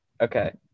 Okay